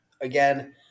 again